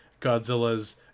godzillas